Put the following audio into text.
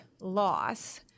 loss